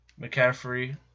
McCaffrey